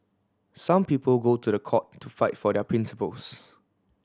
some people go to the court to fight for their principles